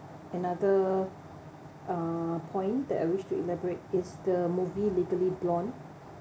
another uh uh point that I wished to elaborate is the movie legally blonde